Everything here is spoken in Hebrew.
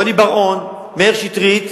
רוני בר-און, מאיר שטרית,